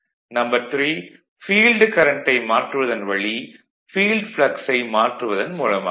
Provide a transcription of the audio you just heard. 3 field கரண்ட்டை மாற்றுவதன் வழி ஃபீல்டு ப்ளக்ஸை மாற்றுவதன் மூலமாக